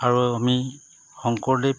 আৰু আমি শংকৰদেৱ